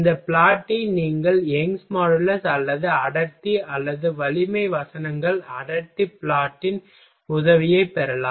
இந்த பிளாட் ஐ நீங்கள் யங்ஸ் மாடுலஸ் அல்லது அடர்த்தி அல்லது வலிமை வசனங்கள் அடர்த்தி பிளாட் ன் உதவியைப் பெறலாம்